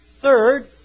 Third